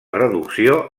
reducció